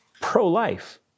pro-life